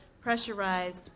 pressurized